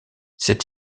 cette